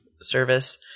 service